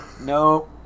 no